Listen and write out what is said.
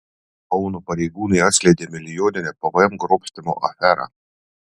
kauno pareigūnai atskleidė milijoninę pvm grobstymo aferą